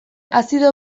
azido